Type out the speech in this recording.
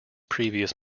previous